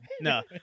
No